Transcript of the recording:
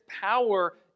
power